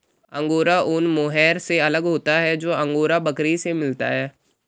angora ऊन mohair से अलग होता है जो अंगोरा बकरी से मिलता है